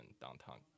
downtown